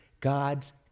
God's